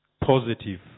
Positive